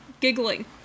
giggling